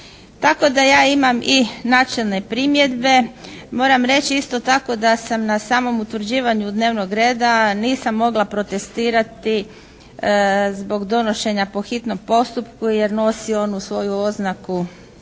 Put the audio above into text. Tako da ja imam i načelne primjedbe. Moram reći isto tako da sam na samom utvrđivanju dnevnog reda nisam mogla protestirati zbog donošenja po hitnom postupku jer nosi onu svoju oznaku